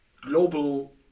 global